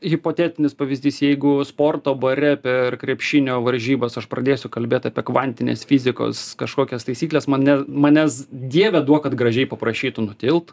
hipotetinis pavyzdys jeigu sporto bare per krepšinio varžybas aš pradėsiu kalbėt apie kvantinės fizikos kažkokias taisykles mane manęs dieve duok kad gražiai paprašytų nutilt